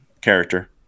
character